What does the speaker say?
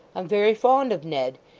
i'm very fond of ned.